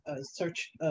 search